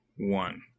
one